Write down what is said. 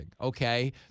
okay